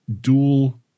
Dual